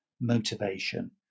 motivation